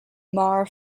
mar